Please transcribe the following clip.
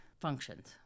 functions